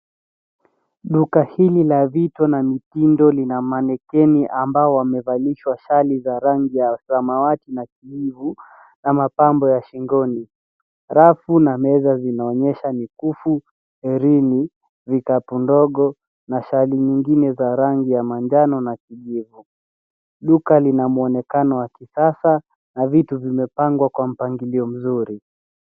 Duka hili la vitu na mitindo lina manekeni ambao wamevalishwa shali za rangi ya samawati na kijivu na mapambo ya shingoni. Rafu na meza zinaonyesha mikufu, herini, vikapu ndogo na shadi nyingine za rangi ya manjano na kijivu. Duka lina mwonekano wa kisasa na vitu vimepangwa kwa mpangilio mzuri.